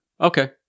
Okay